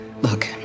Look